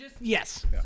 Yes